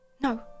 No